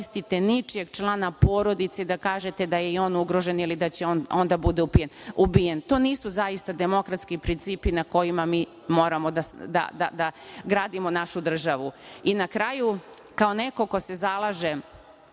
ničijeg člana porodice da kažete da je i on ugrožen ili da će on da bude ubijen. To nisu zaista demokratski principi na kojima mi moramo da gradimo našu državu.I na kraju, kao neko ko se zalaže